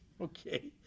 Okay